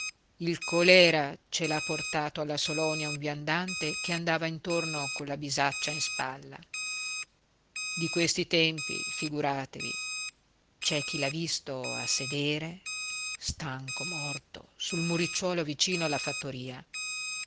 il colèra ce l'ha portato alla salonia un viandante che andava intorno colla bisaccia in spalla di questi tempi figuratevi c'è chi l'ha visto a sedere stanco morto sul muricciuolo vicino alla fattoria